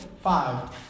five